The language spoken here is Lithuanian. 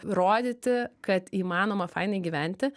rodyti kad įmanoma fainai gyventi